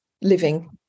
living